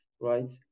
right